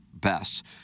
best